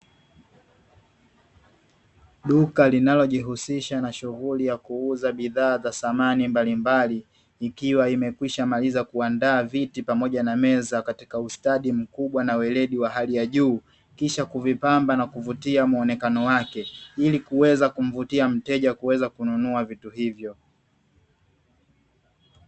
Duka linalojihusisha na shughuli ya kuuza bidhaa za samani mbalimbali, likiwa limekwisha maliza kuandaa viti pamoja na meza katika ustadi mkubwa na weledi wa hali ya juu kisha kuvipamba na kuvutia muonekano wake ili kuweza kumvutia mteja kuweza kununua vitu hivyo.